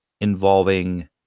involving